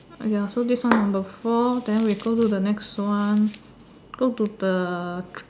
ya so this one number four then we go to the next one go to the